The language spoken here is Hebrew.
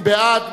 מי בעד?